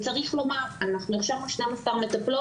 צריך לומר, אנחנו הכשרנו 12 מטפלות,